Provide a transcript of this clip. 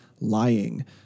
lying